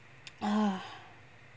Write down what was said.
ah